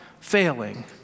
failing